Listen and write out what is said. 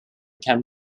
can